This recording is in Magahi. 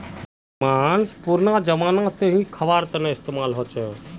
माँस पुरना ज़माना से ही ख्वार तने इस्तेमाल होचे